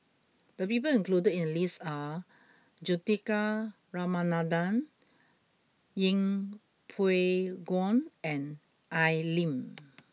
the people included in the list are Juthika Ramanathan Yeng Pway Ngon and Al Lim